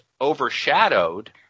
overshadowed